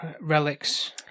relics